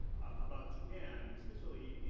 about japan especially,